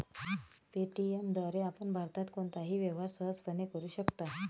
Paytm द्वारे आपण भारतात कोणताही व्यवहार सहजपणे करू शकता